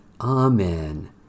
Amen